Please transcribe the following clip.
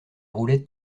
roulettes